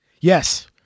Yes